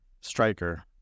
striker